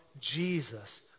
Jesus